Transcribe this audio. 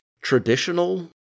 traditional